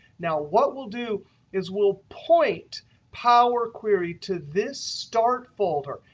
now, what we'll do is we'll point power query to this start folder.